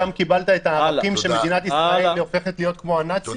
משם קיבלת את הערכים שמדינת ישראל הופכת להיות כמו הנאצים?